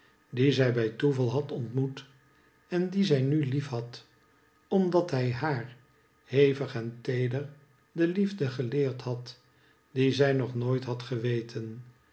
ofncier van gezondheid dienzij bij toeval had ontmoet en dien zij nu liefhad omdat hij haar hevig en feeder de liefde geleerd had die zij nog nooit had geweten